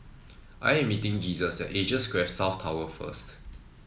I am meeting Jesus at Asia Square South Tower first